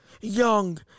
young